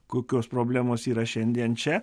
kokios problemos yra šiandien čia